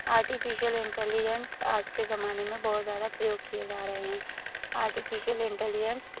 artificial intelligence आज के जमाने में बहुत ज़्यादा प्रयोग किये जा रहे हैं आर्टिफिशियल इंटेलिजेंस